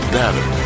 better